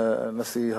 הנשיא הפלסטיני,